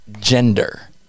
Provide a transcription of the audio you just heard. gender